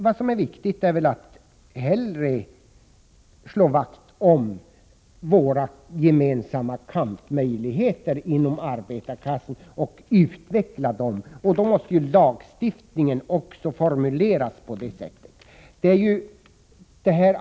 Vad som är viktigt är att hellre slå vakt om våra gemensamma kampmöjligheter inom arbetarklassen och att utveckla dem. Då måste också lagstiftningen formuleras med det syftet.